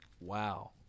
Wow